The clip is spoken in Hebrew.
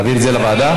להעביר את זה לוועדה?